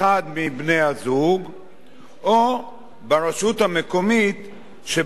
או ברשות המקומית שבה הם עתידים להינשא.